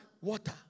water